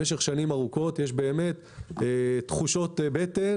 במשך שנים ארוכות יש באמת תחושות בטן